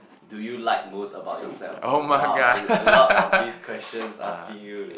do you like most about yourself oh !wow! a lot of this question asking you